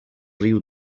riu